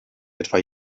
etwa